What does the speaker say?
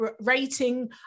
rating